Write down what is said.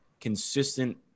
consistent